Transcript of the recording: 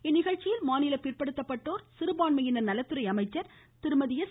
இந்நிகழ்ச்சியில் மாநில பிற்படுத்தப்பட்டோர் மற்றும் சிறுபான்மையினர் நலத்துறை அமைச்சர் திருமதி எஸ்